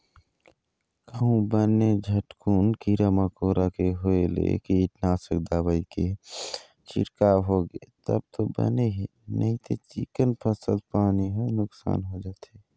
कहूँ बने झटकुन कीरा मकोरा के होय ले कीटनासक दवई के छिड़काव होगे तब तो बने हे नइते चिक्कन फसल पानी ह नुकसान हो जाथे